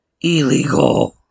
illegal